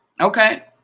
Okay